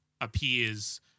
appears